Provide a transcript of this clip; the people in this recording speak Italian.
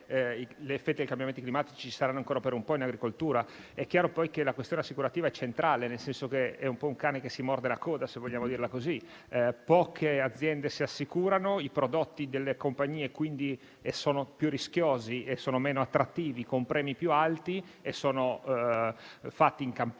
gli effetti dei cambiamenti climatici ci saranno ancora per un po' in agricoltura. È chiaro poi che la questione assicurativa è centrale, nel senso che è un po' un cane che si morde la coda, se vogliamo dirla così. Poche aziende si assicurano, i prodotti delle compagnie sono quindi più rischiosi e meno attrattivi, con premi più alti e fatti in campagne